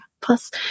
Plus